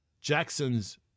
Jackson's